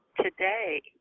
today